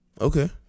Okay